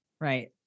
Right